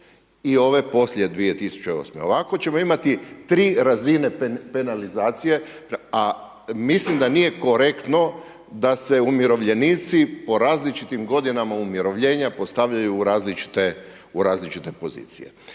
i ove poslije 2008. Ovako ćemo imati 3 razine penalizacije a mislim da nije korektno da se umirovljenici po različitim godinama umirovljenja postavljaju u različite pozicije.